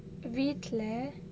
வீட்ல:veetla